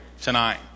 tonight